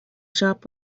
shop